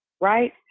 right